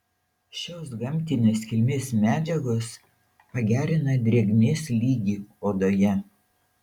šios gamtinės kilmės medžiagos pagerina drėgmės lygį odoje